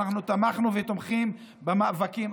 שאנחנו תמכנו ותומכים במאבקים.